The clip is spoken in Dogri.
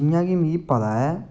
जि'यां कि मिगी पता ऐ